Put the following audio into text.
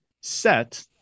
set